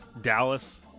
Dallas